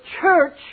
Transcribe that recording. church